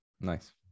Nice